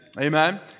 Amen